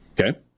Okay